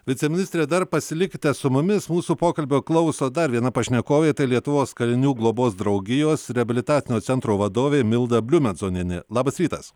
viceministre dar pasilikite su mumis mūsų pokalbio klauso dar viena pašnekovė tai lietuvos kalinių globos draugijos reabilitacinio centro vadovė milda bliumenzonienė labas rytas